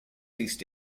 east